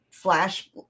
flash